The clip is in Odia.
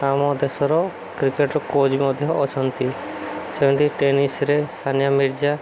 ଆମ ଦେଶର କ୍ରିକେଟର କୋଚ ମଧ୍ୟ ଅଛନ୍ତି ସେମିତି ଟେନିସରେ ସାନିଆ ମିର୍ଜା